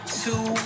two